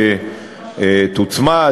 תוצמד,